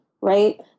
right